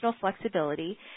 flexibility